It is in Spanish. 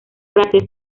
frases